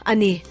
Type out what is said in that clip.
Ani